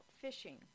fishing